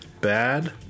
bad